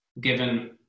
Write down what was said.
given